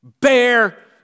bear